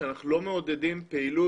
חשוב להגיד שאנחנו לא מעודדים פעילות